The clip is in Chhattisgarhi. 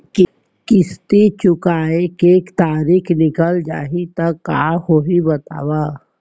किस्ती चुकोय के तारीक निकल जाही त का होही बताव?